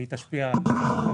והיא תשפיע על ---.